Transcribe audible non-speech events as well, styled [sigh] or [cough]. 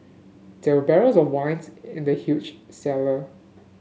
there were barrels of wine [unintelligible] in the huge cellar